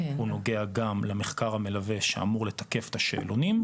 הוא נוגע גם למחקר המלווה שאמור לתקף את השאלונים,